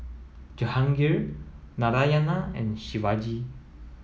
Jehangirr Narayana and Shivaji